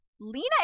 lena